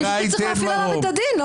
אני חושבת שצריך להפעיל עליו את הדין.